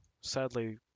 sadly